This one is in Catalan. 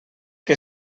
que